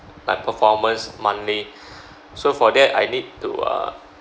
like performance monthly so for that I need to uh